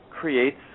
creates